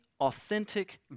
authentic